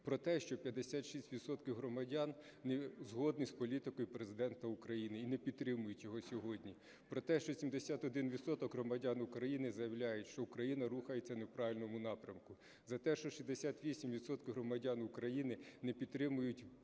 Про те, що 56 відсотків громадян не згодні з політикою Президента України і не підтримують його сьогодні. Про те, що 71 відсоток громадян України заявляють, що Україна рухається не в правильному напрямку. За те, що 68 відсотків громадян України не підтримують прийнятий